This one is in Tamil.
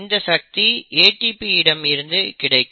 இந்த சக்தி ATP இடம் இருந்து கிடைக்கும்